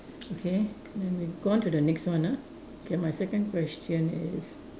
okay then we go on to the next one ah okay my second question is